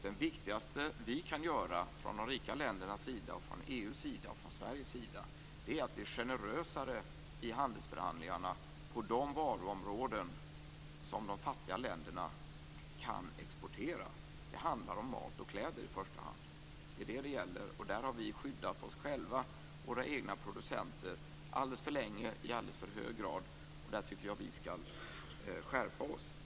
Det viktigaste vi i de rika länderna, i EU och i Sverige kan göra är att bli generösare i handelsförhandlingarna på de varuområden där de fattiga länderna kan exportera. Det handlar om mat och kläder i första hand. Där har vi skyddat oss själva och våra egna producenter alldeles för länge och i alldeles för hög grad. Där tycker jag att vi skall skärpa oss.